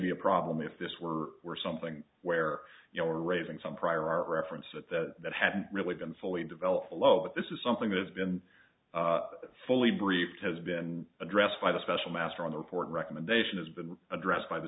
maybe a problem if this were were something where you know raising some prior art reference that that hadn't really been fully developed below but this is something that has been fully briefed has been addressed by the special master on the report recommendation as been addressed by the